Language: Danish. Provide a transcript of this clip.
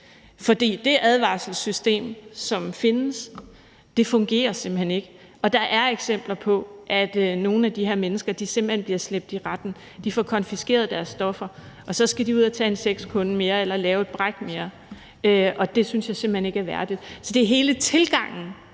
fordi det advarselssystem, som findes, simpelt hen ikke fungerer. Og der er eksempler på, at nogle af de her mennesker simpelt hen bliver slæbt i retten. De får konfiskeret deres stoffer, og så skal de ud og tage en sexkunde mere eller lave et bræk mere. Det synes jeg simpelt hen ikke er værdigt. Så det er hele tilgangen,